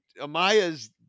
Amaya's